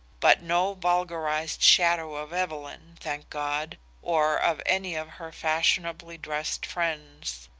but no vulgarized shadow of evelyn, thank god, or of any of her fashionably dressed friends.